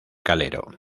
calero